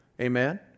Amen